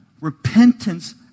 Repentance